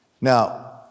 Now